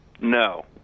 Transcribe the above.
No